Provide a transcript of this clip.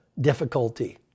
difficulty